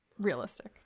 realistic